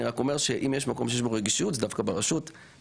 אני רק אומר שאם יש מקום שיש בו רגישות זה דווקא ברשות שמודעת,